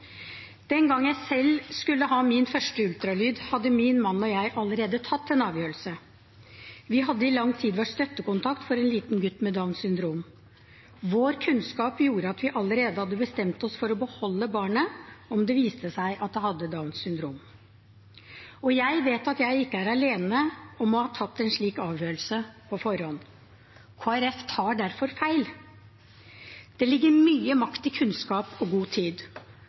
Den gang jeg selv skulle ha min første ultralyd, hadde min mann og jeg allerede tatt en avgjørelse. Vi hadde i lang tid vært støttekontakt for en liten gutt med Downs syndrom. Vår kunnskap gjorde at vi allerede hadde bestemt oss for å beholde barnet om det viste seg at det hadde Downs syndrom. Jeg vet at jeg ikke er alene om å ha tatt en slik avgjørelse på forhånd. Kristelig Folkeparti tar derfor feil. Det ligger mye makt i kunnskap og god tid